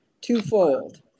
twofold